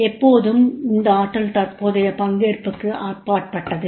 எப்போதும் இந்த ஆற்றல் தற்போதைய பங்கேற்பிற்கு அப்பாற்பட்டது